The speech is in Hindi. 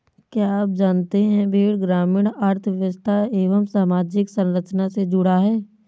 क्या आप जानते है भेड़ ग्रामीण अर्थव्यस्था एवं सामाजिक संरचना से जुड़ा है?